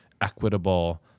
equitable